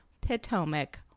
Potomac